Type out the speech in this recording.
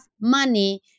money